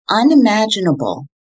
unimaginable